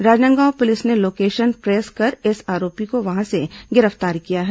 Rajnandgaon police ने location trace कर इस आरोपी को वहां से गिरफ्तार किया है